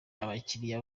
abakiriya